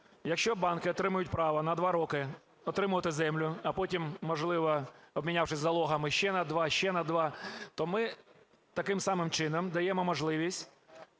Якщо банки отримають право на 2 роки отримувати землю, а потім, можливо, обмінявшись залогами ще на 2, ще на 2, то ми таким самим чином, даємо можливість